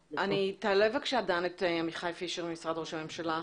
תעלה בבקשה את עמיחי פישר ממשרד ראש הממשלה.